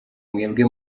mwebwe